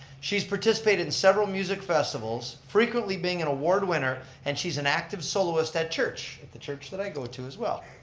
she's participated in several music festivals, frequently being an award winner and she's an active soloist at church, at the church that i go to as well.